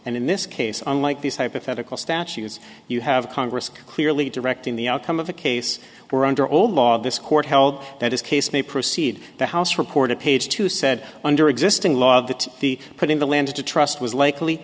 and in this case unlike these hypothetical statutes you have congress clearly directing the outcome of a case where under all law this court held that his case may proceed the house report at page two said under existing law that the putting the land to trust was likely